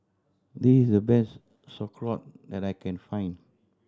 this is the best Sauerkraut that I can find